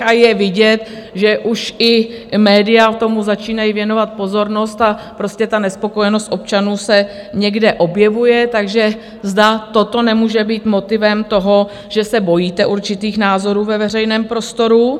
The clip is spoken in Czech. A je vidět, že už i média tomu začínají věnovat pozornost, a prostě ta nespokojenost občanů se někde objevuje, takže zda toto nemůže být motivem toho, že se bojíte určitých názorů ve veřejném prostoru.